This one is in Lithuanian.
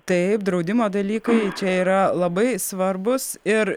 taip draudimo dalykai čia yra labai svarbūs ir